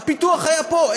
הפיתוח היה פה.